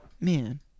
Man